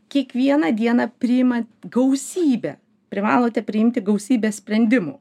kiekvieną dieną priimat gausybę privalote priimti gausybę sprendimų